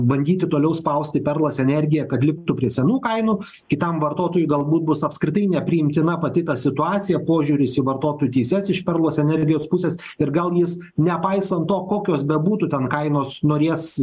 bandyti toliau spausti perlas energiją kad liktų prie senų kainų kitam vartotojui galbūt bus apskritai nepriimtina pati situacija požiūris į vartotojų teises iš perlas energijos pusės ir gal jis nepaisant to kokios bebūtų ten kainos norės